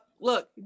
look